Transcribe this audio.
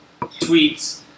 tweets